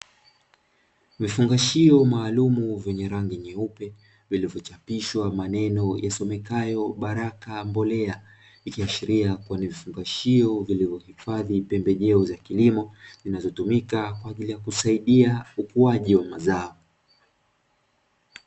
Vifungashio maalumu vyenye rangi nyeupe vilivyochapishwa maneno yasomekayo baraka mbolea, ikiashiria kuwa ni vifungashio vilivyohifadhi pembejeo za kilimo zinazotumika kwa ajili ya kusaidia ukuaji wa mazao.